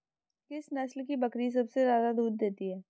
किस नस्ल की बकरी सबसे ज्यादा दूध देती है?